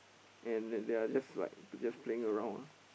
and they they are just like just playing around ah